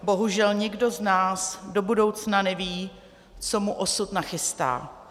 Bohužel nikdo z nás do budoucna neví, co mu osud nachystá.